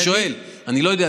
אני שואל, אני לא יודע.